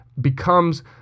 becomes